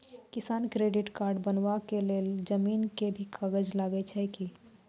किसान credit card बनबा के लेल जमीन के भी कागज लागै छै कि?